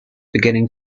beginning